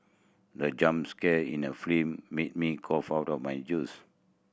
the jump scare in the film made me cough out my juice